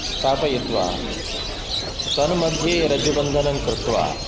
स्थापयित्वा तन्मध्ये रज्जुबन्धनं कृत्वा